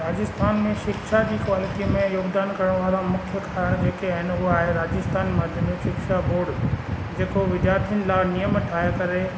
राजस्थान में शिक्षा जी क्वालिटी में योगदान करणु वारा मुख्य कारणु जेके आहिनि उहा आहे राजस्थान माध्यमिक शिक्षा बोड जेको विद्यार्थी लाइ नियम ठाहे करे